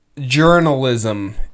journalism